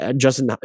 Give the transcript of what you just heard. Justin